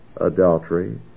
adultery